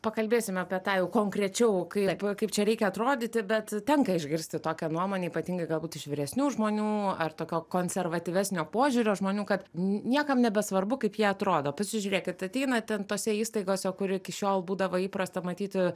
pakalbėsime apie tą jau konkrečiau kaip kaip čia reikia atrodyti bet tenka išgirsti tokią nuomonę ypatingai galbūt iš vyresnių žmonių ar tokio konservatyvesnio požiūrio žmonių kad n niekam nebesvarbu kaip jie atrodo pasižiūrėkit ateina ten tose įstaigose kur iki šiol būdavo įprasta matyti